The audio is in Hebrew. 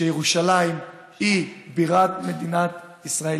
שירושלים היא בירת מדינת ישראל,